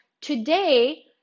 today